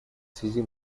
связи